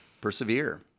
persevere